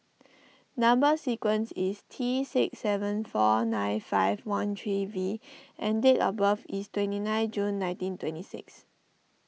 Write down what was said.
Number Sequence is T six seven four nine five one three V and date of birth is twenty nine June nineteen twenty six